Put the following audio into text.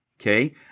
okay